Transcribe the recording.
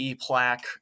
plaque